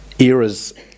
eras